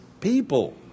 people